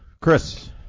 Chris